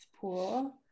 pool